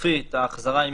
סופית ההחזרה.